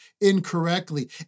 incorrectly